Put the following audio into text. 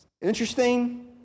Interesting